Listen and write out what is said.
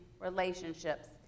relationships